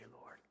Lord